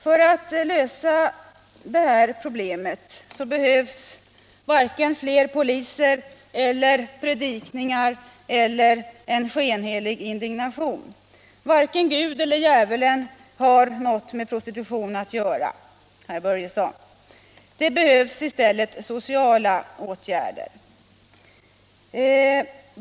För att lösa det här problemet behövs varken fler poliser eller predikningar eller en skenhelig indignation. Varken Gud eller djävulen har något med prostitution att göra, herr Börjesson i Falköping. Det behövs i stället sociala åtgärder.